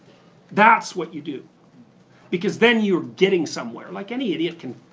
that's what you do because then you're getting somewhere. like any idiot can